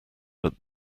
but